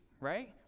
right